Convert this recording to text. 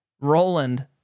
roland